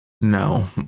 no